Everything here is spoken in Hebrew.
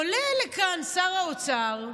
עולה לכאן שר האוצר,